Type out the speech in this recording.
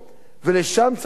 ולשם צריך להגיע.